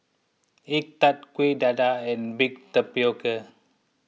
Egg Tart Kuih Dadar and Baked Tapioca